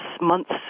months